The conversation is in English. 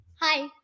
Hi